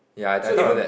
ya I I though of that